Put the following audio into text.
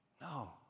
no